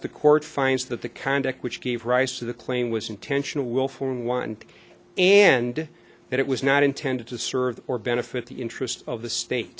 the court finds that the conduct which gave rise to the claim was intentional will form one and that it was not intended to serve or benefit the interests of the state